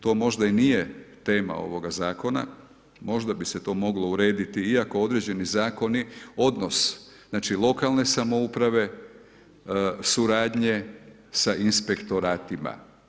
To možda i nije tema ovoga zakona, možda bi se to moglo urediti, iako određeni zakoni, odnos znači lokalne samouprave, suradnje sa inspektoratima.